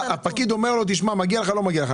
הפקיד אומר לו שמגיע לו או לא מגיע לו.